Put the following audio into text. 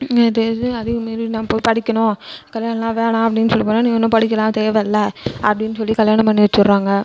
அதையும் மீறி நான் போய் படிக்கணும் கல்யாணமெலாம் வேணா அப்படின்னு சொல்லிட்டு போனால் நீ ஒன்றும் படிக்கலாம் தேவை இல்லை அப்படின்னு சொல்லி கல்யாணம் பண்ணி வச்சுட்றாங்க